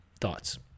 thoughts